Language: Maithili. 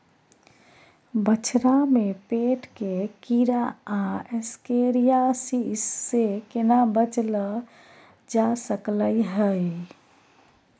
बछरा में पेट के कीरा आ एस्केरियासिस से केना बच ल जा सकलय है?